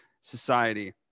society